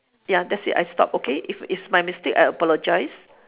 ya that's it I stop okay if it's my mistake I apologise